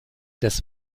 des